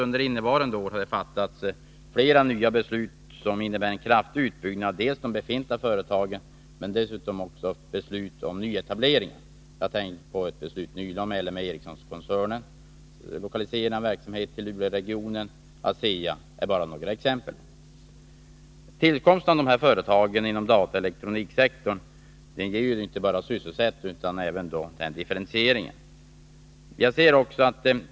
Under innevarande år har det fattats flera beslut, dels om en kraftig utbyggnad av befintliga företag, dels om nyetableringar. Jag tänker på ett beslut nyligen inom L M Ericsson-koncernen om att lokalisera verksamhet till Luleåregionen. ASEA är ett annat exempel. Tillkomsten av dessa företag inom dataoch elektroniksektorn skapar således inte bara sysselsättning utan även en differentiering av näringslivet.